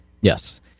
Yes